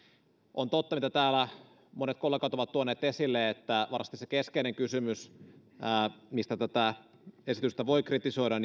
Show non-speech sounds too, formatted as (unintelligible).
on totta mitä täällä monet kollegat ovat tuoneet esille että varmasti se keskeinen kysymys mistä tätä esitystä voi kritisoida (unintelligible)